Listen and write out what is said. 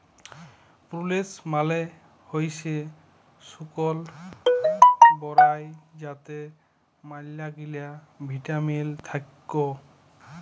প্রুলেস মালে হইসে শুকল বরাই যাতে ম্যালাগিলা ভিটামিল থাক্যে